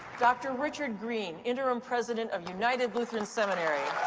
dr. richard green, interim president of united lutheran seminary.